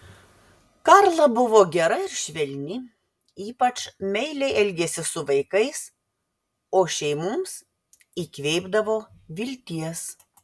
karla buvo gera ir švelni ypač meiliai elgėsi su vaikais o šeimoms įkvėpdavo vilties